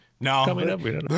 No